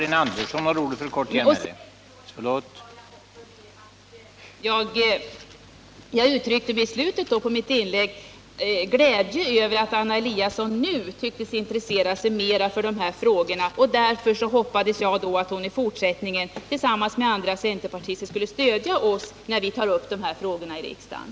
I slutet av mitt anförande uttryckte jag glädje över att Anna Eliasson nu tycks intressera sig mera för dessa frågor och att jag hoppades att hon i fortsättningen tillsammans med andra centerpartister skulle stödja oss när vi tar upp de här frågorna i riksdagen.